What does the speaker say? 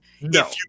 No